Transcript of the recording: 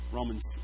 Romans